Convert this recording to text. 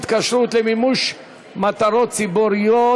התקשרות למימוש מטרות ציבוריות),